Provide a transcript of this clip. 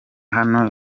hano